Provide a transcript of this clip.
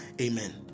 amen